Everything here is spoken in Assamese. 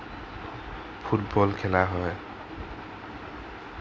ফুটবল খেলা হয়